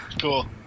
Cool